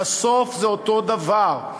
בסוף זה אותו דבר.